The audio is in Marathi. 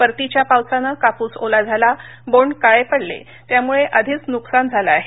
परतीच्या पावसानं कापूस ओला झाला बोंड काळे पडले त्यामुळे आधीच नुकसान झालं आहे